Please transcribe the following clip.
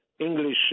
English